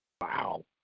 Wow